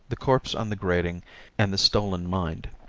the corpse on the grating and the stolen mind.